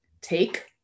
Take